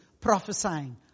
prophesying